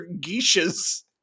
geishas